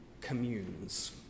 communes